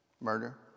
Murder